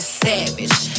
savage